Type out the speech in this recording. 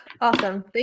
awesome